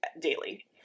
daily